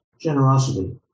generosity